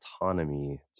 autonomy